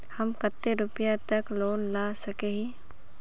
हम कते रुपया तक लोन ला सके हिये?